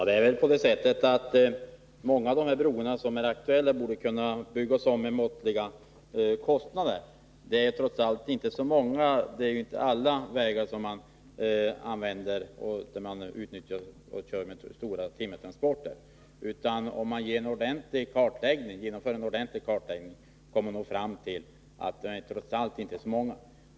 Herr talman! Många av de aktuella broarna borde kunna byggas om till måttliga kostnader. Det är trots allt inte alla vägar som brukas för stora timmertransporter. Gör man en ordentligt kartläggning, kommer man nog fram till att det trots allt inte är så många.